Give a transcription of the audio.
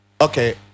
Okay